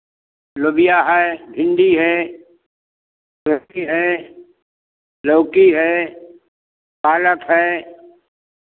लोबिया है भिंडी है लौकी है लौकी है पालक है